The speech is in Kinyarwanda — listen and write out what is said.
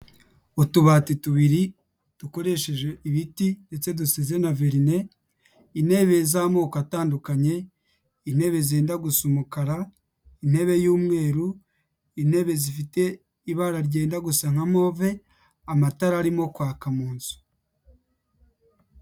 Utubati tubiri dukoresheje ibiti ndetse dusize na verine, intebe z'amoko atandukanye, intebe zenda gusa umukara, intebe y'umweru, intebe zifite ibara ryenda gusa nka move, amatara arimo kwaka mu nzu.